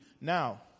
Now